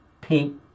pink